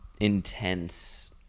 intense